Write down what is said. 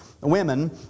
women